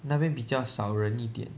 那边比较少人一点